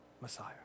Messiah